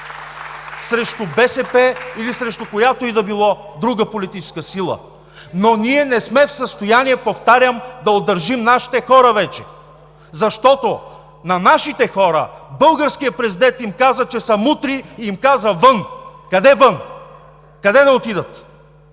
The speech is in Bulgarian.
срещу БСП или срещу която и да било друга политическа сила, но ние не сме в състояние, повтарям, да удържим нашите хора вече, защото на нашите хора българският президент им каза, че са „мутри“ и им каза: „Вън!“. Къде вън? Къде да отидат?!